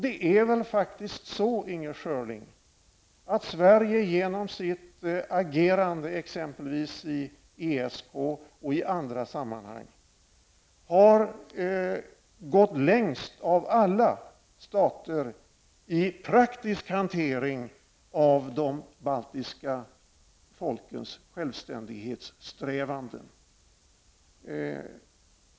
Det är väl faktiskt så, Inger Schörling, att Sverige genom sitt agerande i exempelvis ESK och i andra sammanhang har gått längst av alla stater i praktiskt hantering av de baltiska folkens självständighetssträvanden.